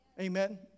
Amen